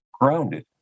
grounded